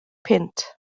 punt